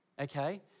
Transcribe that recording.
okay